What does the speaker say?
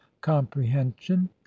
comprehension